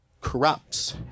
corrupts